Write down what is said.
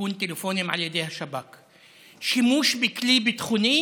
איכון טלפונים על ידי השב"כ, שימוש בכלי ביטחוני